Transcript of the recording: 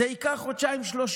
זה ייקח חודשיים-שלושה.